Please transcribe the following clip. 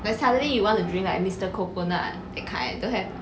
like suddenly you want to drink like mister coconut that kind don't have